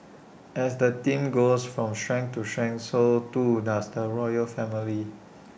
as the team goes from strength to strength so too does the royal family